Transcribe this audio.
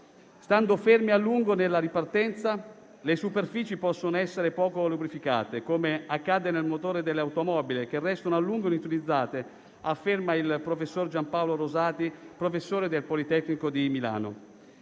Stando ferme a lungo nella ripartenza le superfici possono essere poco lubrificate, come accade nel motore delle automobili che restano a lungo inutilizzate; è quanto afferma Gianpaolo Rosati, professore del Politecnico di Milano.